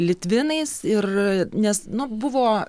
litvinais ir nes nu buvo